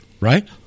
right